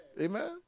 Amen